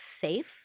safe